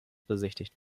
besichtigt